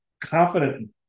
confident